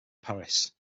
paris